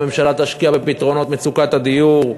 והממשלה תשקיע בפתרונות מצוקת הדיור.